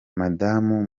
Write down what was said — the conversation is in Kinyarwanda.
madamu